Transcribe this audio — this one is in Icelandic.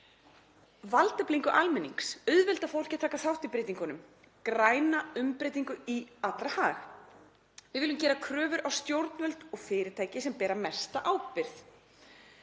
valdeflingu almennings og að auðvelda fólki að taka þátt í breytingunum, um græna umbreytingu í allra hag. Við viljum gera kröfur á stjórnvöld og fyrirtæki sem bera mesta ábyrgð.